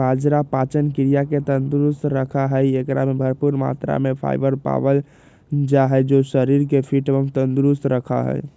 बाजरा पाचन क्रिया के तंदुरुस्त रखा हई, एकरा में भरपूर मात्रा में फाइबर पावल जा हई जो शरीर के फिट एवं तंदुरुस्त रखा हई